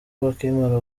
bakimara